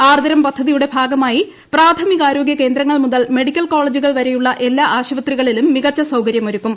ആർദ്രം പദ്ധതിയുടെ ഭാഗമായി പ്രാഥമികാരോഗൃ കേന്ദ്രങ്ങൾ മുതൽ മെഡിക്കൽ കോളേജുകൾ വരെയുള്ള എല്ലാ ആശുപത്രികളിലും മികച്ച സൌകര്യമൊരുക്കും